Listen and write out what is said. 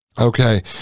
Okay